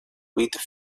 with